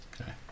Okay